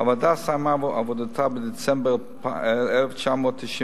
הוועדה סיימה עבודתה בדצמבר 1999,